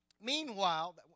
Meanwhile